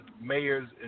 mayors